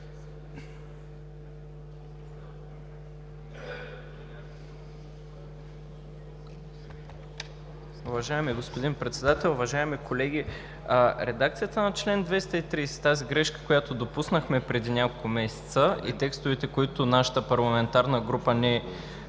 Уважаеми господин Председател, уважаеми колеги! Редакцията на чл. 230, тази грешка, която допуснахме преди няколко месеца, и текстовете, които нашата парламентарна група не